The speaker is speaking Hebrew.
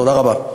תודה רבה.